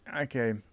Okay